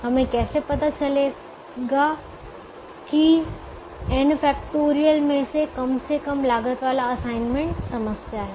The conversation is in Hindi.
हमें कैसे पता चलेगा है कि n फैक्टोरियल में से कम से कम लागत वाला असाइनमेंट समस्या है